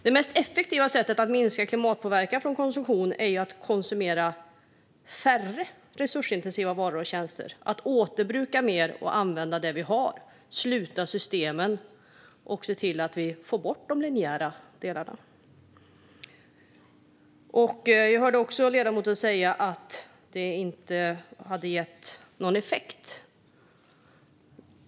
Det mest effektiva sättet att minska klimatpåverkan från konsumtion är ju att konsumera färre resursintensiva varor och tjänster och i stället återbruka mer och använda det vi har - att sluta systemen och se till att vi får bort de linjära delarna. Jag hörde ledamoten säga att skattesänkningen inte hade gett någon effekt.